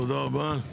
תודה רבה.